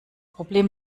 problem